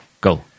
Go